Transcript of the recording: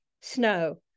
Snow